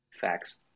Facts